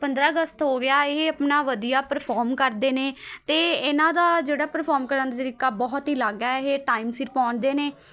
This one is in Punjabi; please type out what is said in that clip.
ਪੰਦਰਾਂ ਅਗਸਤ ਹੋ ਗਿਆ ਇਹ ਆਪਣਾ ਵਧੀਆ ਪਰਫੋਮ ਕਰਦੇ ਨੇ ਅਤੇ ਇਨ੍ਹਾਂ ਦਾ ਜਿਹੜਾ ਪਰਫੋਮ ਕਰਨ ਦਾ ਤਰੀਕਾ ਬਹੁਤ ਹੀ ਅਲੱਗ ਹੈ ਇਹ ਟਾਈਮ ਸਿਰ ਪਹੁੰਚਦੇ ਨੇ